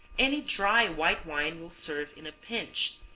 any dry white wine will serve in a pinch,